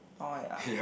oh ya